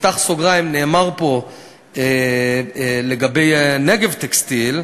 פתח סוגריים: נאמר פה לגבי "נגב טקסטיל",